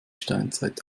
steinzeit